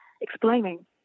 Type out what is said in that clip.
explaining